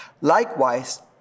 Likewise